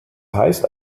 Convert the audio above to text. heißt